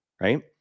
right